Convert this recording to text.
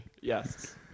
Yes